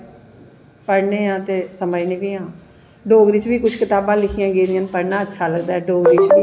पढ़नें आं ते समझनें बी आं डोगरी च बी कुश कताबां लिखियां गेदियां न पढ़नां अच्छा लगदा ऐ डोगरी च बी